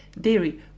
dairy